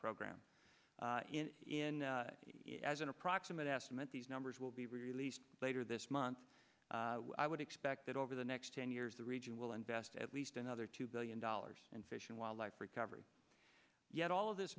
program in as an approximate estimate these numbers will be released later this month i would expect that over the next ten years the region will invest at least another two billion dollars and fish and wildlife recovery yet all of this